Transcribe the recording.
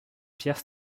pierre